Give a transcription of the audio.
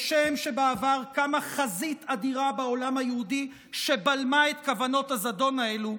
כשם שבעבר קמה חזית אדירה בעולם היהודי שבלמה את כוונות הזדון האלו,